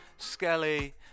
Skelly